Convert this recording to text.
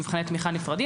מבחני תמיכה נפרדים,